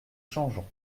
changeant